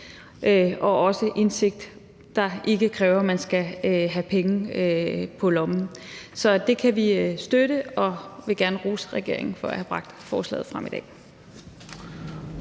og også en indsigt, der ikke kræver, at man skal have penge på lommen. Så det kan vi støtte, og vi vil gerne rose regeringen for at have bragt forslaget frem i dag.